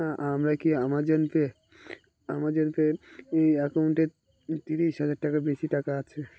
আমরা কি Amazon Pay Amazon Pay অ্যাকাউন্টে তিরিশ হাজার টাকা বেশি টাকা আছে